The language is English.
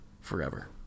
forever